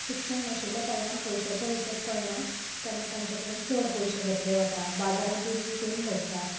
शिक्षण नाशिल्ल्या कारणांत पयशांचो हिशोब कळना तेन्ना तांचे कडेन चड पयशे घेतले वता बाजारांतय बी सेम घडटा